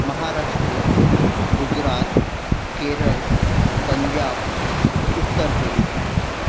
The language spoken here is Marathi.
मह महाराष्ट्र गुजरात केरळ पंजाब उत्तरप्रदेश